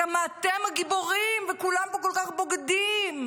כמה אתם הגיבורים וכולם פה כל כך בוגדים.